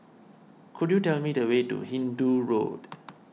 could you tell me the way to Hindoo Road